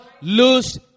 lose